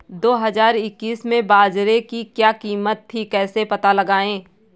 दो हज़ार इक्कीस में बाजरे की क्या कीमत थी कैसे पता लगाएँ?